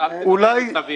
אל תדבר מסביב.